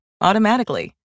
automatically